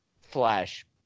Flash